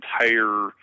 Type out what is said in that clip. entire